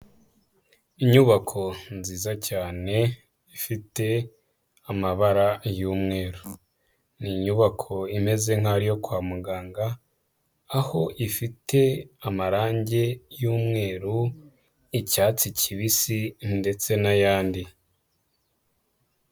Inyubako nziza cyane ifite amabara y'umweru. Ni inyubako imeze nk'aho ari iyo kwa muganga, aho ifite amarangi y'umweru, icyatsi kibisi ndetse n'ayandi.